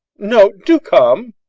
no, do come!